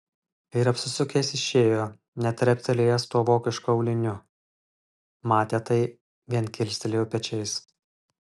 ir apsisukęs išėjo net treptelėjęs tuo vokišku auliniu matę tai vien kilstelėjo pečiais